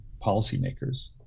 policymakers